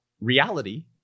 reality